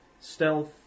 Stealth